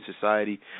society